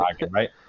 right